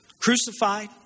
Crucified